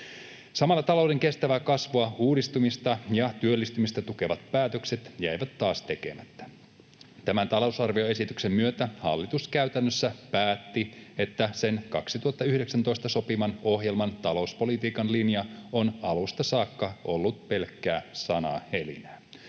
Samalla talouden kestävää kasvua, uudistumista ja työllistymistä tukevat päätökset jäivät taas tekemättä. Tämän talousarvioesityksen myötä hallitus käytännössä päätti, että sen vuonna 2019 sopiman ohjelman talouspolitiikan linja on alusta saakka ollut pelkkää sanahelinää.